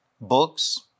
books